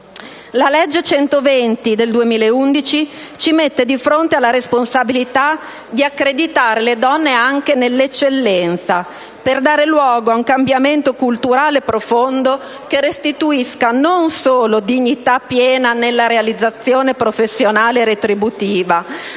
La legge n. 120 del 2011 ci mette di fronte alla responsabilità di accreditare le donne anche nell'eccellenza, per dare luogo a un cambiamento culturale profondo, che restituisca non solo dignità piena nella realizzazione professionale e retributiva,